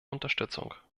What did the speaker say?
unterstützung